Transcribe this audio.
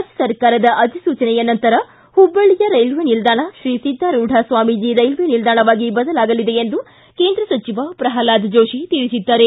ರಾಜ್ಯಸರ್ಕಾರದ ಅಧಿಸೂಚನೆಯ ನಂತರ ಹುಬ್ಬಳ್ಳಿಯ ರೇಲ್ವೆ ನಿಲ್ದಾಣ ಶ್ರೀ ಸಿದ್ದಾರೂಢ ಸ್ವಾಮಿಜಿ ರೇಲ್ವೆ ನಿಲ್ದಾಣವಾಗಿ ಬದಲಾಗಲಿದೆ ಎಂದು ಕೇಂದ್ರ ಸಚಿವ ಪ್ರಹ್ಲಾದ್ ಜೋಶಿ ತಿಳಿಸಿದ್ದಾರೆ